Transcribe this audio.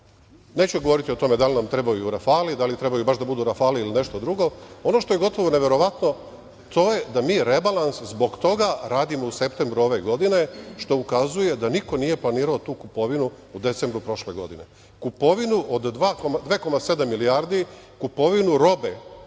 Neću govoriti o tome da li nam trebaju "rafali", da li treba baš da budu "rafali" ili nešto drugo. Ono što je gotovo neverovatno, to je da mi rebalans zbog toga radimo u septembru ove godine, što ukazuje da niko nije planirao tu kupovinu u decembru prošle godine. Kupovinu od 2,7 milijardi, kupovinu robe,